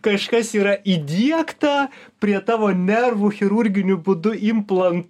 kažkas yra įdiegta prie tavo nervų chirurginiu būdu implant